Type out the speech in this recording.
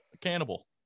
cannibal